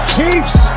Chiefs